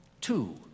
Two